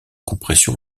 compression